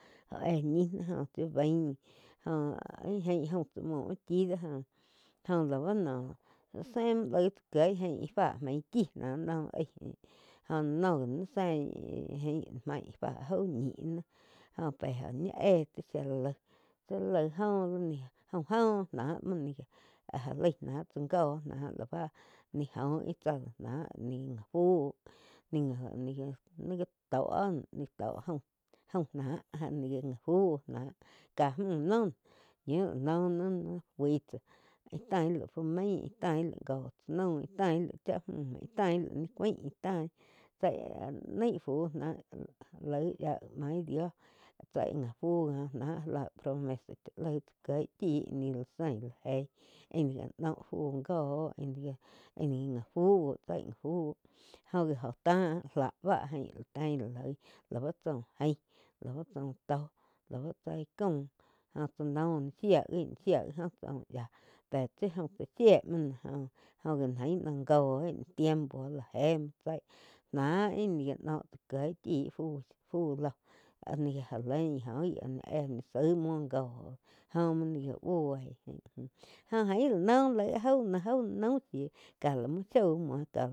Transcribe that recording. Jóh éh ñi náh jóh tsi baín jó ih jain jaum tsá muo úh chi dó jo, jo lau noh ze muo laig tsá kieg íh jain fa main chí náh noh aíg jóh noh gi ni sein íh gain mái íh fá jau ñih jo pe óh ñi éh shía la laig ti laig óh gi jaáum, jaáum joh náh áh lái náh tsá joh lá báh ni góh íh tsá láh náh fu ni tó jaum. Jaum ná ni la fu náh ká múh noh chiun noh ni fui tsáa íh taí laig fu maí íh taig lai go tsá naum íh taig laig cha mú íh taig laig ni cuáin íh tain tsé naih fui ná láig yá gi maig dio cheih ga fu náh já lá áh promesa chá laig chá kieh chí ní la zein la eih íh jáh noh fu gó íh gá fu chaí gu go gi óa tá bá tsa la ain ih loi tsau jain lau tsau tó lau chaí caum jóh chá noh no shía gi, shía gi oh pe tsi jaum chá shie muo no joh, joh ji jain jo oh ih no tiempo la eig náh íh ni gá noh tsá kieg chí fu-fu lóh áh ni já lain cóh éh ni zaig muo góh jo muo ni gá buí jo jain la noh laig áh jau no jau já naum shiu ká la muo shau muo.